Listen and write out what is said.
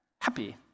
happy